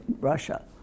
Russia